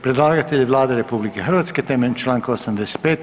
Predlagatelj je Vlada RH temeljem članka 85.